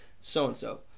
so-and-so